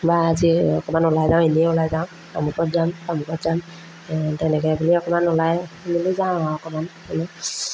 বা আজি অকণমান ওলাই যাওঁ এনেই ওলাই যাওঁ অমুকত যাম তামুকত যাম তেনেকৈ বুলি অকণমান ওলাই মেলি যাওঁ আৰু অকণমান এনেই